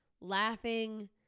laughing